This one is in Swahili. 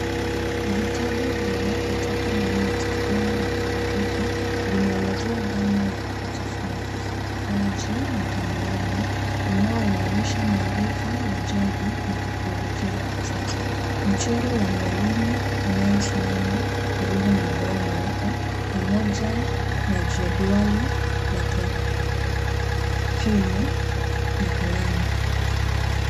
Vitabu vinavyotoka ndani ya skrini ya komputa, vinaelezea dhana ya ujifunzaji mtandaoni, unao unganisha maarifa ya jadi na teknolojia ya kisasa. Mchoro wa mwalimu anayesimama karibu na ubao mweupe, pamoja na jedwali la takwimu na kalamu.